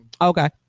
Okay